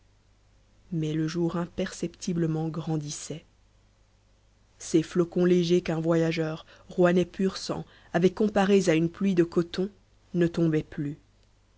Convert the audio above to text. mais le jour imperceptiblement grandissait ces flocons légers qu'un voyageur rouennais pur sang avait comparés à une pluie de coton ne tombaient plus